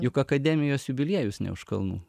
juk akademijos jubiliejus ne už kalnų